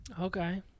Okay